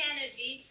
energy